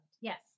yes